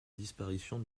disparition